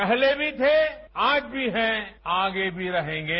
पहले भी थे आज भी हैं आगे भी रहेंगे